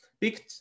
picked